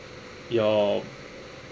your